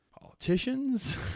politicians